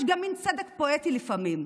יש גם צדק פואטי לפעמים.